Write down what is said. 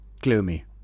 gloomy